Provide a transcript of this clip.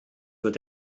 wird